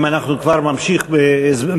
אם אנחנו כבר נמשיך בהסברים,